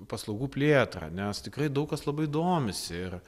paslaugų plėtrą nes tikrai daug kas labai domisi ir